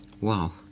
Wow